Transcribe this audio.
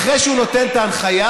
אחרי שהוא נותן את ההנחיה,